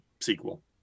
sequel